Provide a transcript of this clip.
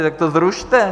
Tak to zrušte!